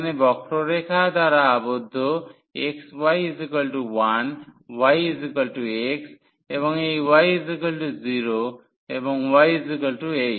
এখানে বক্ররেখা দ্বারা আবদ্ধ xy 1 y x এবং এই y 0 এবং y 8